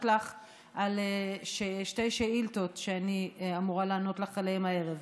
לך על שתי שאילתות שאני אמורה לענות לך עליהן הערב.